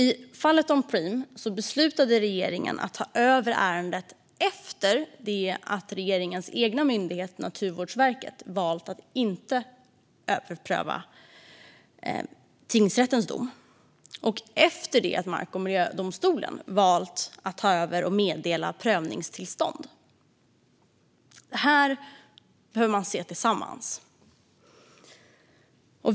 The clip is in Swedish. I fallet om Preem beslutade regeringen att ta över ärendet efter det att regeringens egen myndighet Naturvårdsverket valt att inte begära överprövning av tingsrättens dom och efter det att Mark och miljööverdomstolen valt att ta över och meddela prövningstillstånd. Detta behöver man se tillsammans.